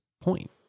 point